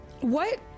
What-